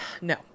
no